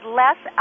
less